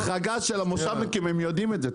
ההחרגה של המושבניקים הם יודעים את זה,